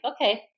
okay